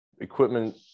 equipment